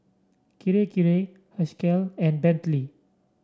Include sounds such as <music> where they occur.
Kirei Kirei <unintelligible> and Bentley